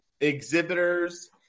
exhibitors